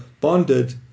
bonded